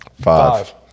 Five